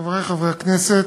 חברי חברי הכנסת,